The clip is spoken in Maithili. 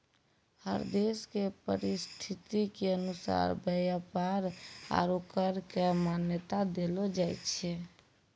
हर देश के परिस्थिति के अनुसार व्यापार आरू कर क मान्यता देलो जाय छै